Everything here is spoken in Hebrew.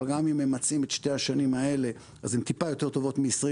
אבל גם אם ממצעים את שתי השנים האלה אז הן טיפה יותר טובות מ-2019,